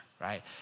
right